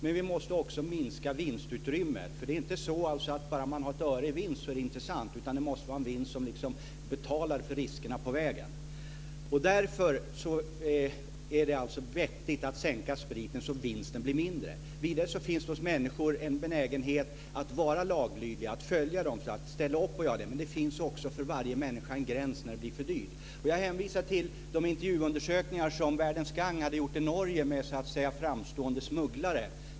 Men vi måste också minska vinstutrymmet. Det är inte så att bara det finns 1 öre i vinst är något intressant, utan det måste vara en vinst som betalar för riskerna på vägen. Därför är det alltså vettigt att sänka priset på spriten så att vinsten blir mindre. Vidare finns det en benägenhet hos människor att vara laglydiga. Men det finns också för varje människa en gräns när det blir för dyrt. Jag hänvisar till de intervjuundersökningar som Verdens Gang har gjort i Norge med framstående smugglare.